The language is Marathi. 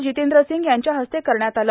जितेंद्र सिंग यांच्या इस्ते करण्यात आलं